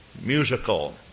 musical